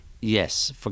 Yes